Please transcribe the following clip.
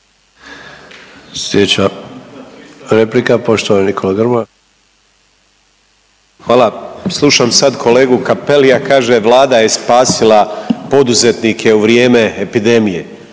Nikola Grmoja. **Grmoja, Nikola (MOST)** Hvala. Slušam sad kolegu Cappellija, kaže Vlada je spasila poduzetnike u vrijeme epidemije.